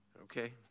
Okay